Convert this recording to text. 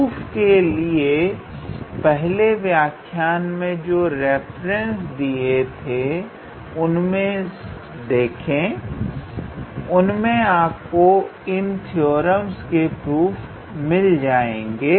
proof के लिए पहले व्याख्यायन में जो रेफरेंसेस दिए थे उनमें देखें उनमें आपको इन थ्योरम के प्रूफ मिल जाएंगे